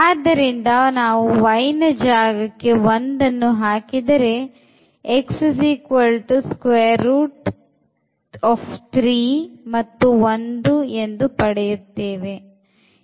ಆದ್ದರಿಂದ ನಾವು y ನ ಜಾಗಕ್ಕೆ 1 ಅನ್ನು ಹಾಕಿದರೆ x ಅನ್ನು ಪಡೆಯುತ್ತೇವೆ